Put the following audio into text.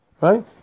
right